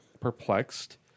perplexed